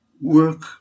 work